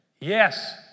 yes